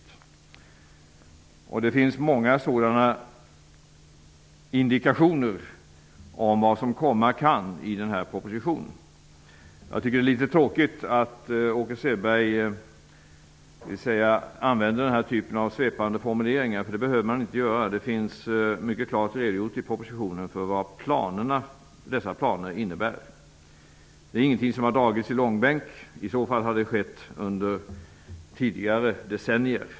Det finns i den här propositionen många sådana indikationer om vad som komma kan. Jag tycker att det är litet tråkigt att Åke Selberg använder svepande formuleringar, för det behöver man inte göra. Det finns mycket klart redogjort i propositionen för vad planerna innebär. Det är ingenting som har dragits i långbänk -- i så fall har det skett under tidigare decennier.